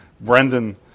Brendan